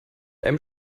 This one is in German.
einem